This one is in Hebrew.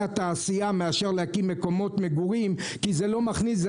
התעשייה מאשר להקים מקומות מגורים כי זה לא מכניס,